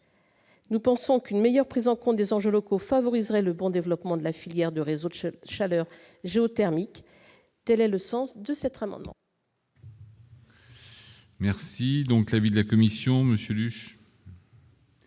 nous pensons qu'une meilleure prise en compte des enjeux locaux, favoriserait le bon développement de la filière de réseau chaleur géothermique, quel est le sens de cette rame. Merci donc l'avis de la Commission, monsieur